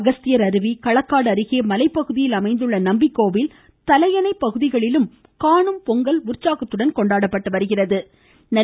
அகஸ்தியர் அருவி களக்காடு அருகே மலைப்பகுதியில் அமைந்துள்ள நம்பிகோவில் தலையணை பகுதிகளிலும் காணும் பொங்கல் உற்சாகத்துடன் கொண்டாடப்படுகிறது